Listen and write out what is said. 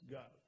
go